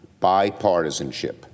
bipartisanship